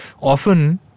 Often